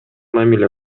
мамиле